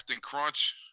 Crunch